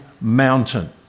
mountain